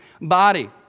body